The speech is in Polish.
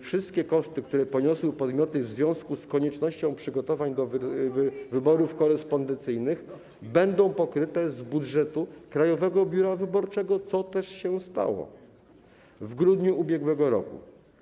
wszystkie koszty, które poniosły podmioty w związku z koniecznością przygotowań do wyborów korespondencyjnych, będą pokryte z budżetu Krajowego Biura Wyborczego, co też się stało w grudniu ub.r.